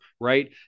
right